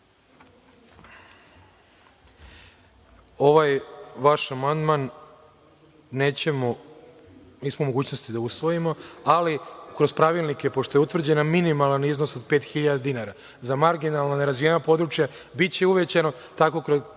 ovaj vaš amandman nismo u mogućnosti da usvojimo, ali kroz pravilnike pošto je utvrđen minimalan iznos od pet hiljada dinara, za marginalno nerazvijena područja biće uvećano i tako kroz